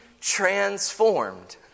transformed